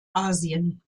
asien